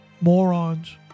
morons